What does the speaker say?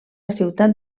ciutat